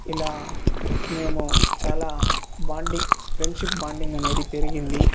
ఇలా మేము చాలా బాండింగ్ ఫ్రెండ్షిప్ బాండింగ్ అనేది పెరిగింది